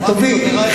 הטובים.